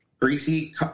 Greasy